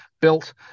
built